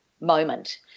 moment